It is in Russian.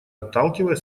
отталкивая